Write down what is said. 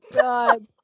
God